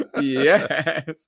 yes